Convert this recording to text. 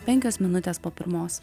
penkios minutės po pirmos